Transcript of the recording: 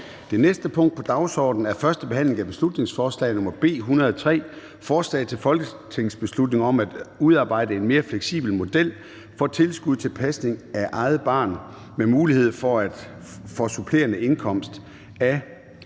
Det næste punkt på dagsordenen er: 4) 1. behandling af beslutningsforslag nr. B 103: Forslag til folketingsbeslutning om at udarbejde en mere fleksibel model for tilskud til pasning af eget barn med mulighed for supplerende indkomst. Af